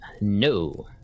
No